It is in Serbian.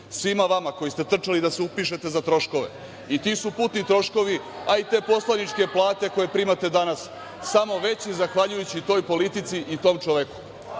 Svima vama koji ste trčali da se upišete za troškove i ti su putni troškovi, a i te poslaničke plate koje primate danas samo veći zahvaljujući toj politici i tom čoveku,